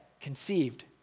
conceived